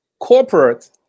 corporate